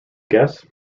guests